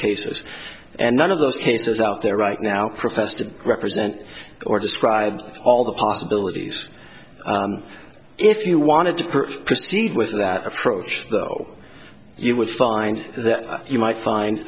cases and none of those cases out there right now profess to represent or describe all the possibilities if you wanted to proceed with that approach though you would find that you might find